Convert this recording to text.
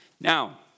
Now